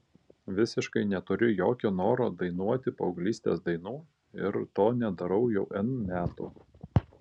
visiškai neturiu jokio noro dainuoti paauglystės dainų ir to nedarau jau n metų